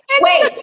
Wait